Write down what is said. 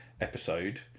episode